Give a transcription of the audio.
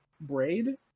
Braid